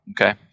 okay